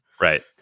Right